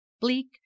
bleak